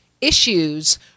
issues